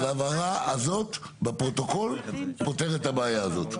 אז ההבהרה הזאת בפרוטוקול פותרת את הבעיה הזאת.